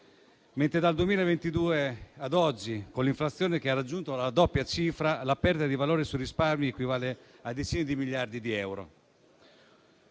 dal 2022 ad oggi, per contro, con un'inflazione che ha raggiunto la doppia cifra, la perdita di valore su risparmi equivale a decine di miliardi di euro.